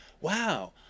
wow